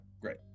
great